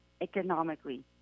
economically